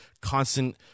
constant